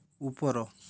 ଉପର